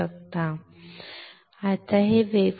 आता हे विसरू नका ही मास्क साठी वापरली जाणारी शब्दावली आहे